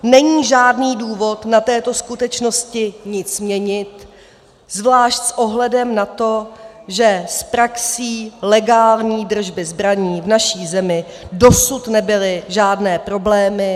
Není žádný důvod na této skutečnosti nic měnit, zvlášť s ohledem na to, že s praxí legální držby zbraní v naší zemi dosud nebyly žádné problémy.